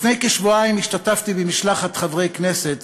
לפני כשבועיים השתתפתי במשלחת חברי כנסת